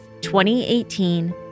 2018